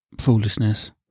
foolishness